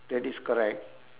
that is correct